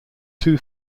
two